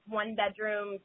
one-bedroom